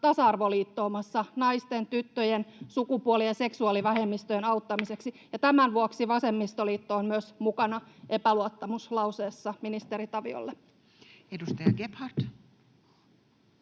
tasa-arvoliittoumassa naisten, tyttöjen ja sukupuoli- ja seksuaalivähemmistöjen auttamiseksi. Tämän vuoksi myös vasemmistoliitto on mukana epäluottamuslauseessa ministeri Taviolle. [Speech